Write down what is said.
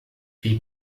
wie